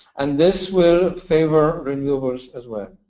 and this will favor renewables as well.